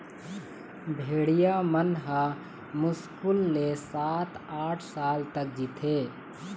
भेड़िया मन ह मुस्कुल ले सात, आठ साल तक जीथे